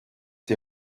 die